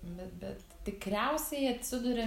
bet bet tikriausiai atsiduri